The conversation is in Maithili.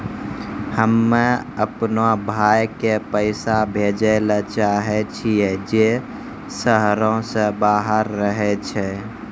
हम्मे अपनो भाय के पैसा भेजै ले चाहै छियै जे शहरो से बाहर रहै छै